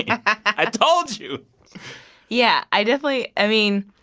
yeah i told you yeah, i definitely i mean,